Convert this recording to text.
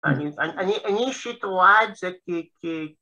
אני אישית רואה את זה כ...